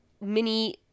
mini